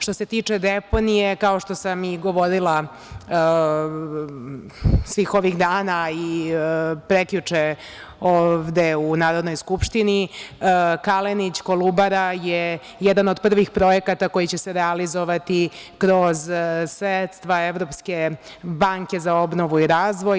Što se tiče deponije, kao što sam i govorila svih ovih dana i prekjuče ovde u Narodnoj skupštini, Kalenić "Kolubara" je jedan od prvih projekata koji će se realizovati kroz sredstva Evropske banke za obnovu i razvoj.